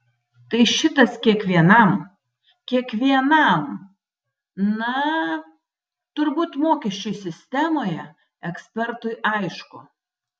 tai šitas kiekvienam kiekvienam na turbūt mokesčių sistemoje ekspertui aišku